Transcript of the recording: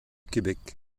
québec